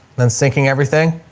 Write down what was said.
then sinking everything.